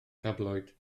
tabloid